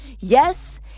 yes